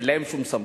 אין להם שום סמכות.